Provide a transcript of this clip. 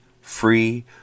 free